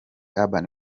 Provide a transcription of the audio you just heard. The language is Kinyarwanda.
urban